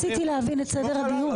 רק רציתי להבין את סדר הדיון.